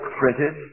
printed